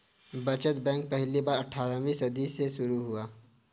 बचत बैंक पहली बार अट्ठारहवीं सदी में शुरू हुआ